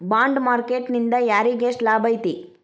Bond market ನಿಂದಾ ಯಾರಿಗ್ಯೆಷ್ಟ್ ಲಾಭೈತಿ?